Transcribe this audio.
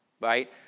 right